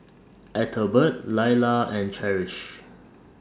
Ethelbert Lailah and Cherish